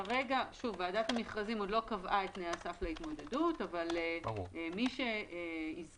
ועדת המכרזים עוד לא קבעה את תנאי הסף להתמודדות אבל מי שיזכה